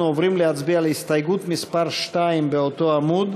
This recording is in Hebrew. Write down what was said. אנחנו עוברים להצביע על הסתייגות מס' 2 באותו עמוד.